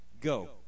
Go